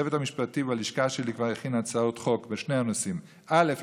הצוות המשפטי בלשכה שלי כבר הכין הצעות חוק בשני הנושאים: א.